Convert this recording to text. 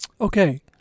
Okay